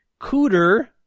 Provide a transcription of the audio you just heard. Cooter